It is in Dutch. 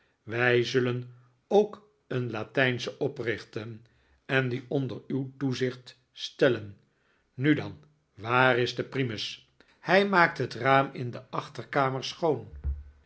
wij zullen ook een latijnsche oprichten en die onder uw toezicht stellen nu dan waar is de primus hij maakt het raam in de achterkamer schoon